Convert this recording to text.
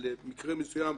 מקרה מסוים,